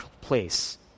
place